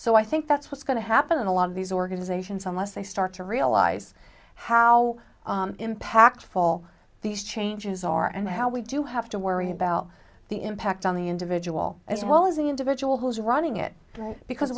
so i think that's what's going to happen in a lot of these organizations unless they start to realize how impactful these changes are and how we do have to worry about the impact on the individual as well as any individual who's running it because